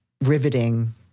riveting